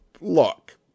look